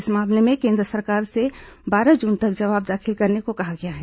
इस मामले में केन्द्र सरकार से बारह जून तक जवाब दाखिल करने को कहा गया है